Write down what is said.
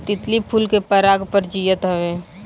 तितली फूल के पराग पर जियत हवे